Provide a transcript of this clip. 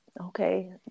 Okay